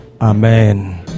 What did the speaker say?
Amen